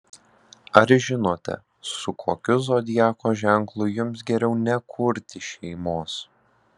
ar žinote su kokiu zodiako ženklu jums geriau nekurti šeimos